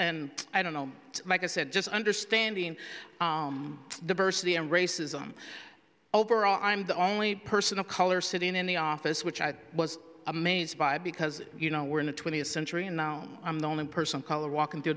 and i don't know like i said just understanding diversity and racism overall i'm the only person of color sitting in the office which i was amazed by because you know we're in the twentieth century and now i'm the only person call or walk into th